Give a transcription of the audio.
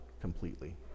completely